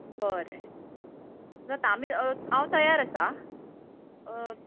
बरें जाता आमी हांव तयार आसां